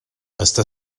està